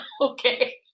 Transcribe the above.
Okay